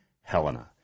Helena